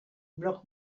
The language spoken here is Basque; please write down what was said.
blog